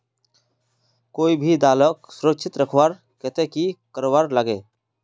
कोई भी दालोक सुरक्षित रखवार केते की करवार लगे?